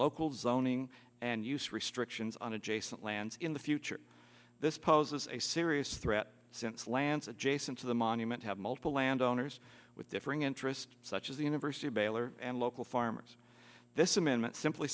local zoning and use restrictions on adjacent land in the future this poses a serious threat since lance adjacent to the monument have multiple landowners with differing interest such as the universe baylor and local farmers this amendment simply